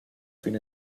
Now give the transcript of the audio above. fin